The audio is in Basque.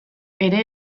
ere